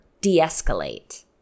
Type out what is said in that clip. de-escalate